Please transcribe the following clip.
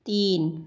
तीन